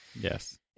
yes